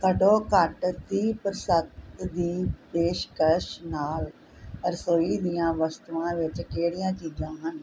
ਘੱਟੋ ਘੱਟ ਤੀਹ ਪ੍ਰਤੀਸ਼ਤ ਦੀ ਪੇਸ਼ਕਸ਼ ਨਾਲ ਰਸੋਈ ਦੀਆਂ ਵਸਤੂਆਂ ਵਿੱਚ ਕਿਹੜੀਆਂ ਚੀਜ਼ਾਂ ਹਨ